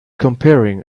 comparing